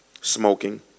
smoking